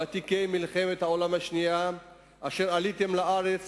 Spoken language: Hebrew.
ותיקי מלחמת העולם השנייה אשר עליתם לארץ